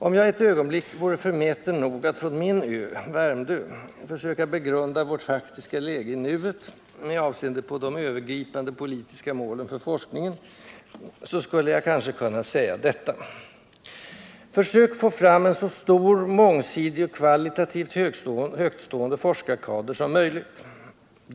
— Om jag ett ögonblick vore förmäten nog att från min ö — Värmdö — försöka begrunda vårt faktiska läge i nuet med avseende på ”de övergripande politiska målen för forskningen” , så skulle jag kanske kunna säga detta: Försök att få fram en så stor mångsidig och kvalitativt högtstående forskarkader som möjligt!